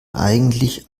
eigentlich